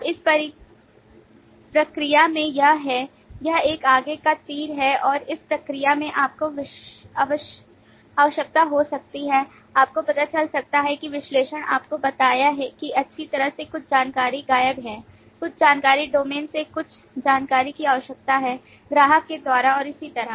अब इस प्रक्रिया में यह है यह एक आगे का तीर है और इस प्रक्रिया में आपको आवश्यकता हो सकती है आपको पता चल सकता है कि विश्लेषण आपको बताता है कि अच्छी तरह से कुछ जानकारी गायब है कुछ जानकारी डोमेन से कुछ और जानकारी की आवश्यकता है ग्राहक के द्वारा और इसी तरह